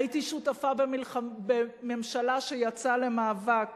הייתי שותפה בממשלה שיצאה למאבק